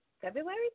February